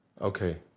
Okay